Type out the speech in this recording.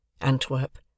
Antwerp